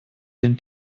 den